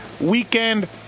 weekend